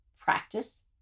practice